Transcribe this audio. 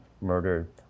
murdered